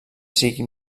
sigui